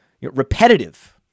repetitive